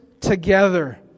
together